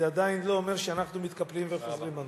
זה עדיין לא אומר שאנחנו מתקפלים וחוזרים בנו.